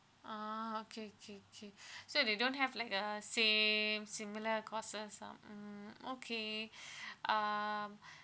ah okay okay okay so they don't have like uh same similar courses or hmm okay um